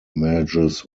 merges